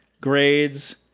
grades